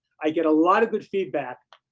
i get a lot of good feedback,